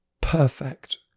perfect